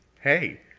Hey